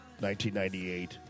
1998